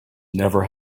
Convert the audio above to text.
never